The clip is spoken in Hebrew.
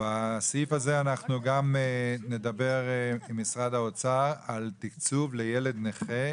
בסעיף הזה אנחנו גם נדבר עם משרד האוצר על תקצוב לילד נכה,